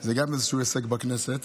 זה גם איזשהו הישג בכנסת.